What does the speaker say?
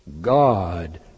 God